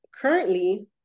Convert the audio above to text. Currently